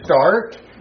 start